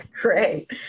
Great